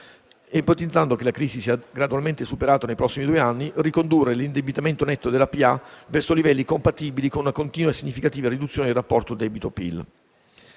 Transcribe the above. ipotizzando che la crisi sia gradualmente superata nei prossimi due anni. Ricondurre l'indebitamento netto della pubblica amministrazione verso livelli compatibili con una continua e significativa riduzione del rapporto debito-PIL.